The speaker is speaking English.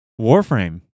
Warframe